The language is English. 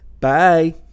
Bye